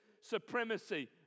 supremacy